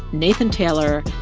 nathan taylor,